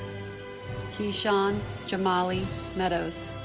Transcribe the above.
ke-shawn jamali meadows